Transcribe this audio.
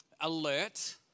alert